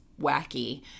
wacky